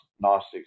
Gnostics